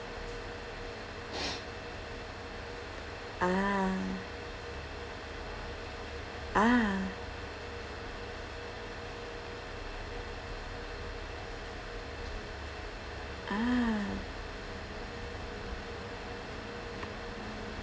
ah ah ah